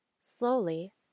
Slowly